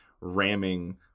ramming